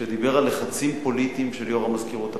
שדיבר על לחצים פוליטיים של יושב-ראש המזכירות הפדגוגית.